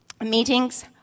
meetings